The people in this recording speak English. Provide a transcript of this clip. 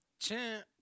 Champ